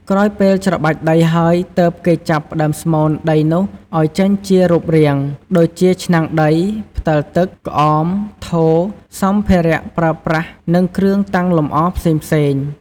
ក្រោយពេលច្របាច់ដីហើយទើបគេចាប់ផ្តើមស្មូនដីនោះឲ្យចេញជារូបរាង ដូចជាឆ្នាំងដី ផ្តិលទឹក ក្អម ថូរ សម្ភារៈប្រើប្រាស់និងគ្រឿងតាំងលម្អរផ្សេងៗ។